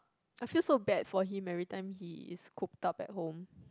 I feel so bad for him every time he is cooped up at home